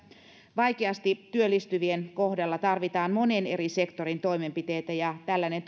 vaikeasti työllistyvien kohdalla tarvitaan monen eri sektorin toimenpiteitä ja tällainen